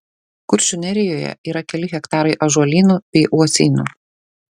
kuršių nerijoje yra ir keli hektarai ąžuolynų bei uosynų